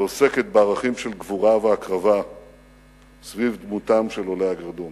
שעוסקת בערכים של גבורה והקרבה סביב דמותם של עולי הגרדום.